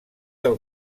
del